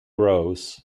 rows